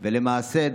למעשה,